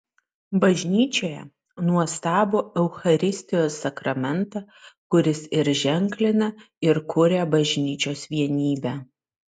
bažnyčioje nuostabų eucharistijos sakramentą kuris ir ženklina ir kuria bažnyčios vienybę